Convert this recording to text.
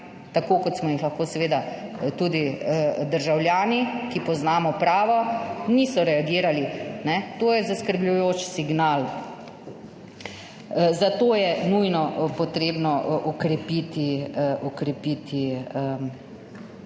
tako kot smo jih lahko seveda tudi državljani, ki poznamo pravo, niso reagirali. To je zaskrbljujoč signal. Zato je nujno potrebno okrepiti